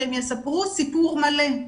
שהם יספרו סיפור מלא.